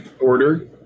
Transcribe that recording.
order